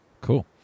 Cool